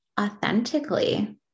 authentically